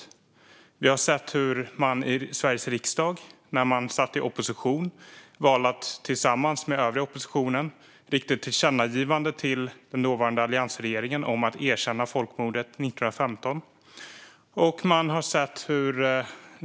När man satt i opposition i Sveriges riksdag valde man också att tillsammans med den övriga oppositionen rikta ett tillkännagivande till den dåvarande alliansregeringen om att erkänna folkmordet 1915.